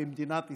במדינת ישראל.